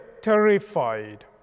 terrified